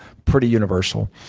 pretty universal.